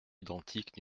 identiques